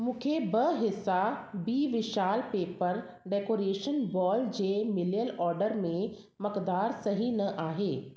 मूंखे ॿ हिस्सा बी विशाल पेपर डेकोरेशन बॉल जे मिलियल ऑर्डर में मक़दार सही न आहे